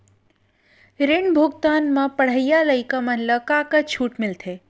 ऋण भुगतान म पढ़इया लइका मन ला का का छूट मिलथे?